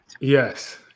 Yes